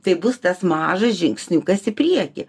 tai bus tas mažas žingsniukas į priekį